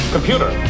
Computer